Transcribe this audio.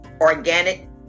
organic